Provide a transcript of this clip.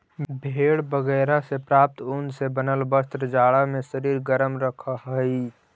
भेड़ बगैरह से प्राप्त ऊन से बनल वस्त्र जाड़ा में शरीर गरम रखऽ हई